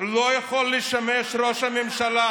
לא יכול לשמש ראש הממשלה,